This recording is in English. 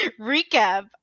recap